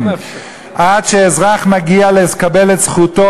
עד שאזרח מגיע לקבל את זכותו,